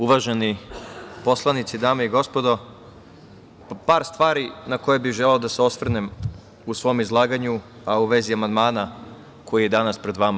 Uvaženi poslanici, dame i gospodo, par stvari na koje bih želeo da se osvrnem u svom izlaganju, a u vezi amandmana koji je danas pred vama.